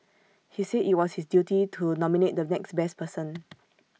he said IT was his duty to nominate the next best person